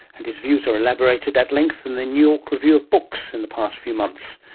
and his views are elaborated at length in the new york review of books in the past few months.